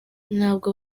ntabwo